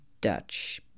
Dutch